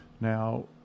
Now